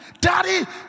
daddy